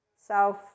self